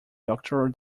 doctoral